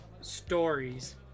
stories